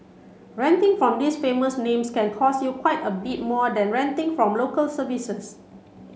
renting from these famous names can cost you quite a bit more than renting from Local Services